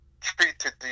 treated